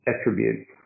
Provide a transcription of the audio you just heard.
attribute